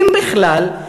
אם בכלל,